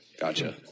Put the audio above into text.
gotcha